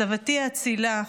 סבתי האצילה,